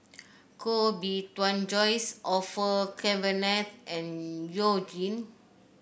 Koh Bee Tuan Joyce Orfeur Cavenagh and You Jin